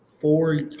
four